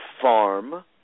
farm